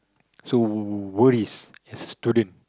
so what is as a student